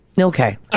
Okay